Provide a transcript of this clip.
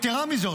יתרה מזו,